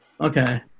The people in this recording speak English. okay